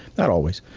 not always.